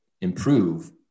improve